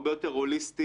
הרבה יותר הוליסטי.